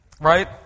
right